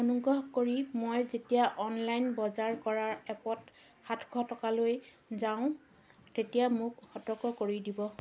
অনুগ্ৰহ কৰি মই যেতিয়া অনলাইন বজাৰ কৰাৰ এপত সাতশ টকালৈ যাওঁ তেতিয়া মোক সতৰ্ক কৰি দিব